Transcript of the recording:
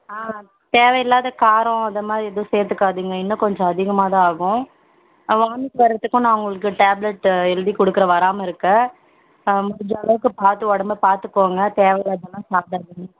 ஆ தேவையில்லாத காரம் அதமாதிரி எதுவும் சேர்த்துக்காதிங்க இன்னும் கொஞ்சம் அதிகமாகதான் ஆகும் வாமிட் வர்றாதுருக்க நான் உங்களுக்கு டேப்லெட்டு எழுதிக் கொடுக்குறேன் வராமல் இருக்க கொஞ்சம் அளவுக்கு பார்த்து உடம்ப பார்த்துக்கோங்க தேவையில்லாததலாம் சாப்பிடாதிங்க